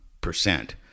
percent